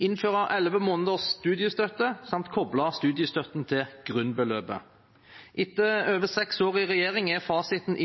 innføre elleve måneders studiestøtte samt koble studiestøtten til grunnbeløpet. Etter over seks år i regjering er fasiten